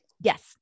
Yes